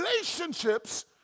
relationships